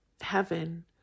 heaven